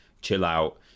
chill-out